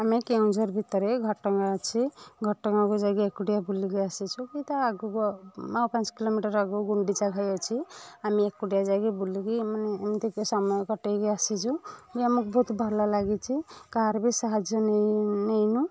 ଆମେ କେଉଁଝର ଭିତରେ ଘଟଗାଁ ଅଛି ଘଟଗାଁକୁ ଯାଇକି ଏକୁଟିଆ ବୁଲିକି ଆସିଛୁ କି ତା'ଆଗକୁ ଆଉ ଆଉ ପାଞ୍ଚ କିଲୋମିଟର ଆଗକୁ ଗୁଣ୍ଡିଚା ଘାଇ ଅଛି ଆମେ ଏକୁଟିଆ ଯାଇକି ବୁଲିକି ମାନେ ଏମିତି ଟିକେ ସମୟ କଟାଇକି ଆସିଛୁ ୟେ ଆମକୁ ବହୁତ ଭଲ ଲାଗିଛି କାହାର ବି ସାହାଯ୍ୟ ନେଇ ନେଇନୁ